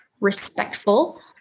respectful